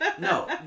No